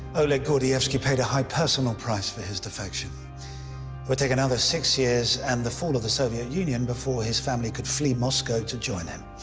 oleg gordievksy paid a high personal price for his defection. it would take another six years and the fall of the soviet union before his family could flee moscow to join him.